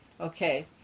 okay